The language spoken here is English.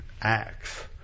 Acts